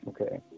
Okay